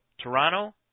toronto